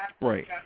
Right